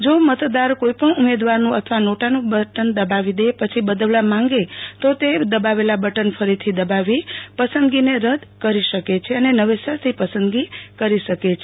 જો મતદાર ઉમેદવારનું અથવા નોટાનું બટન દબપ્રી દે પછી બદલવા માંગે તો દબાવેલ બટન ફરીથી દબાવી પસંદગી રદ કરી શકે છે અને નવેસરથી પસંદગી કરી શકે છે